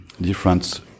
different